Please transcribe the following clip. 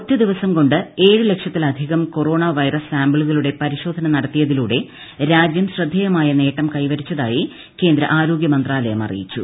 ഒറ്റ ദിവസം കൊണ്ട് ഏഴ് ലക്ഷത്തിലധികം കൊറോണ വൈറസ് സാമ്പിളുകളുടെ പരിശോധന നടത്തിയതിലൂടെ രാജ്യം ശ്രദ്ധേയമായ നേട്ടം കൈവരിച്ചതായി കേന്ദ്ര ആരോഗ്യ മന്ത്രാലയം അറിയിച്ചു